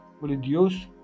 reduce